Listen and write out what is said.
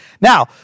Now